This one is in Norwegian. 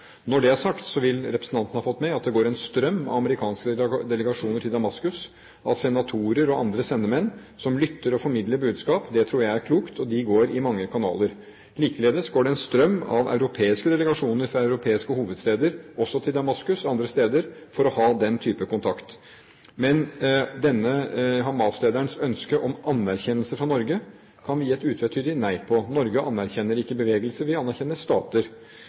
Når det er sagt, vil representanten ha fått med seg at det går en strøm av amerikanske delegasjoner til Damaskus, av senatorer og andre sendemenn, som lytter og formidler budskap. Det tror jeg er klokt, og de går i mange kanaler. Likeledes går det en strøm av europeiske delegasjoner fra europeiske hovedsteder til Damaskus og andre steder for å ha den type kontakt. Denne Hamas-lederens ønske om anerkjennelse fra Norge kan vi gi et utvetydig nei til. Norge anerkjenner ikke bevegelser, vi anerkjenner stater.